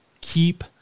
keep